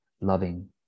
loving